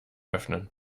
öffnen